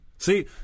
See